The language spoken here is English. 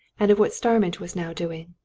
and of what starmidge was now doing.